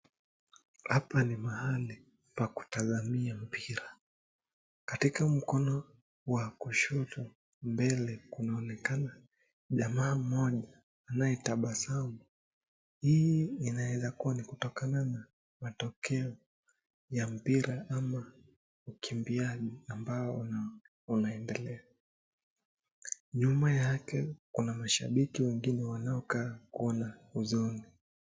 Hapa ni mahali pa kutazamia mpira. Katika mkono Wa kushoto, mbele, kunaonekana jamaa mmjoja anayetabasamu. Hii inaweza kuwa ni kutokana na matokeo ya mpira ama mkimbiaji ambao wameendelea. Nyuma yake Kuna mashababiki wengine wanaokana kuwa na huzuni.